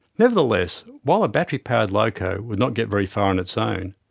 nevertheless, while a battery powered loco would not get very far on its own,